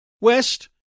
West